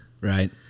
Right